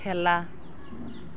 খেলা